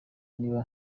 niba